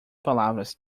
palavras